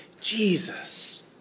Jesus